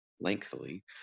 lengthily